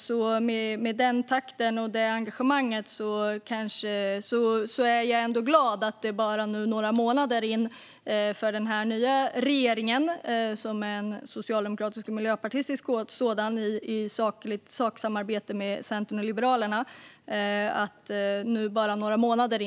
Med tanke på den takten och det engagemanget är jag ändå glad att en företrädare för Moderaterna lyfter fram engagemanget för rymden, nu när den nya regeringen, som är en socialdemokratisk och miljöpartistisk sådan i saksamarbete med Centern och Liberalerna, bara suttit några månader.